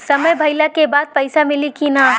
समय भइला के बाद पैसा मिली कि ना?